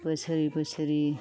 बोसोरि बोसोरि